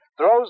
throws